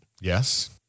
Yes